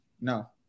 No